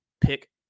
Pick